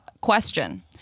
question